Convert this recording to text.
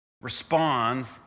responds